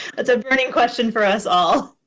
that's a burning question for us all.